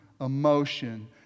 emotion